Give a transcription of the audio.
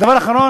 הדבר האחרון,